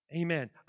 Amen